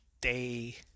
Day